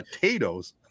potatoes